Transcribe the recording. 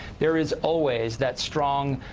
there is always that strong